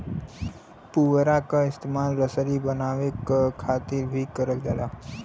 पुवरा क इस्तेमाल रसरी बनावे क खातिर भी करल जाला